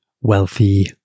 wealthy